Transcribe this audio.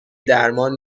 درمان